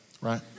right